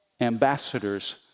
Ambassadors